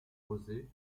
rosé